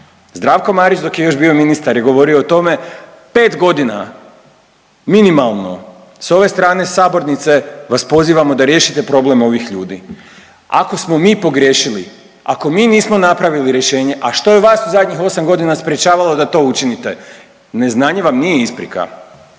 Zdravko Marić dok je još bio ministar je govorio o tome 5 godina minimalno. S ove strane sabornice vas pozivamo da riješite problem ovih ljudi. Ako smo mi pogriješili, ako mi nismo napravili rješenje, a što je vas u zadnjih 8 godina sprječavalo da to učinite? Neznanje vam nije isprika.